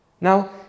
Now